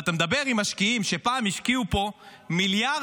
ואתה מדבר עם משקיעים שפעם השקיעו פה מיליארדים,